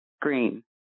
green